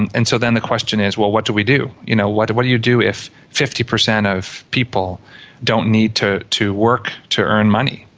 and and so then the question is, well, what do we do? you know what do what do you do if fifty percent of people don't need to to work to earn money?